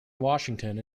washington